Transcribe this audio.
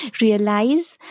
realize